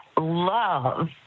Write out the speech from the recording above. love